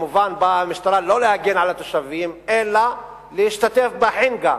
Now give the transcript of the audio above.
וכמובן המשטרה באה לא להגן על התושבים אלא להשתתף בחנגה